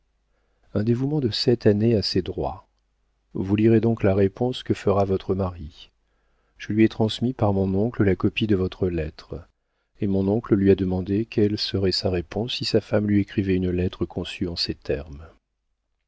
un dévouement de sept années a ses droits vous lirez donc la réponse que fera votre mari je lui ai transmis par mon oncle la copie de votre lettre et mon oncle lui a demandé quelle serait sa réponse si sa femme lui écrivait une lettre conçue en ces termes